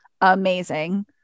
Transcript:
amazing